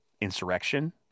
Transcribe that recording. insurrection